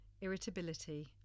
irritability